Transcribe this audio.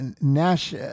nash